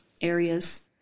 areas